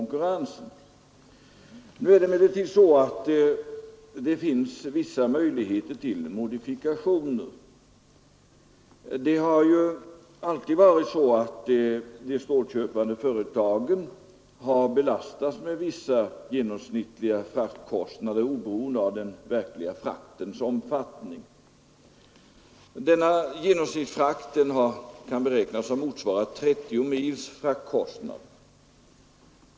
Nu finns det emellertid vissa möjligheter till modifikationer. De stålköpande företagen har ju alltid belastats med vissa genomsnittliga fraktkostnader oberoende av den verkliga fraktens omfattning. Denna genomsnittsfrakt kan beräknas ha motsvarat 30 mils fraktkostnad.